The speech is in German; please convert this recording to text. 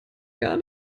gar